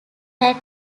had